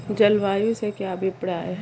जलवायु से क्या अभिप्राय है?